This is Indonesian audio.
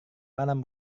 malam